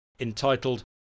entitled